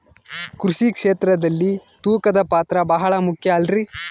ಕೃಷಿ ಕ್ಷೇತ್ರದಲ್ಲಿ ತೂಕದ ಪಾತ್ರ ಬಹಳ ಮುಖ್ಯ ಅಲ್ರಿ?